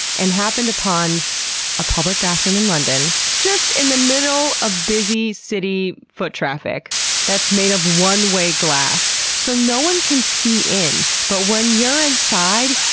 and happened upon a public bathroom in london just in the middle of busy city foot traffic that's made of one-way glass, so no one can see in but when you're inside